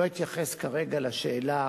לא אתייחס כרגע לשאלה